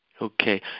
Okay